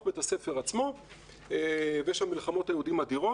בית הספר עצמו ויש שם מלחמות אדירות.